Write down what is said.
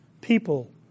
people